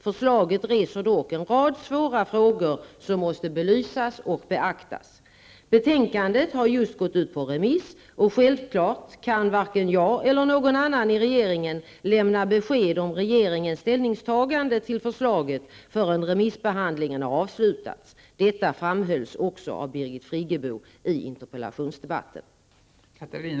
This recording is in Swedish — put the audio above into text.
Förslaget reser dock en rad svåra frågor som måste belysas och beaktas. Betänkandet har just gått ut på remiss, och självfallet kan varken jag eller någon annan i regeringen lämna besked om regeringens ställningstagande till förslaget förrän remissbehandlingen har avslutats. Detta framhölls också av Birgit Friggebo i interpellationsdebatten.